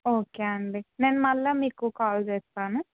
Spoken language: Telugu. ఓకే అండి నేను మళ్ళీ మీకు కాల్ చేస్తాను